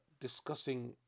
discussing